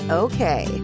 okay